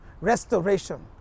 restoration